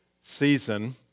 season